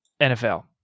NFL